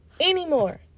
Anymore